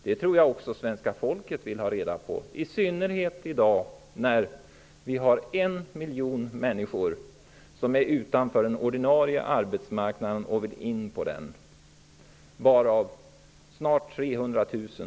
Det tror jag också svenska folket vill ha reda på, i synnerhet i dag när en miljon människor, varav snart 300 000 är ungdomar, står utanför den ordinarie arbetsmarknaden och vill komma in på den.